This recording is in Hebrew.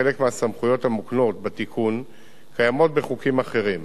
חלק מהסמכויות המוקנות בתיקון קיימות בחוקים אחרים,